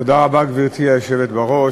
גברתי היושבת בראש,